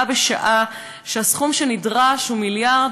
בה בשעה שהסכום שנדרש הוא 1.5 מיליארד